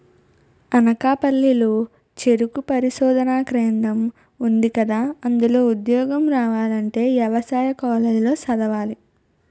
అనకాపల్లి లో చెరుకు పరిశోధనా కేంద్రం ఉందికదా, అందులో ఉద్యోగం రావాలంటే యవసాయ కాలేజీ లో చదవాలి